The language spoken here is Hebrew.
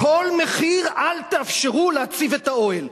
בכל מחיר אל תאפשרו להציב את האוהל.